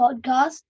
podcast